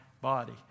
body